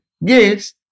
Yes